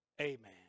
Amen